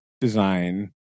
design